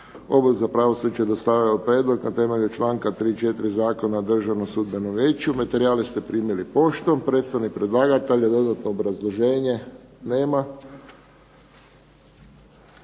Odbor za pravosuđe je dostavilo prijedlog na temelju čl. 34. Zakona o Državnom sudbenom vijeću. Materijale ste primili poštom. Predstavnik predlagatelja, dodatno obrazloženje? Nema.